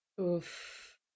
Oof